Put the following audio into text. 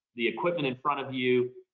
the equipment in front of you,